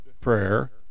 prayer